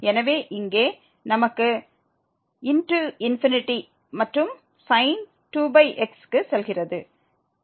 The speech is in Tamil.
எனவே இங்கே நமக்கு x மற்றும் sin 2x க்கு செல்கிறது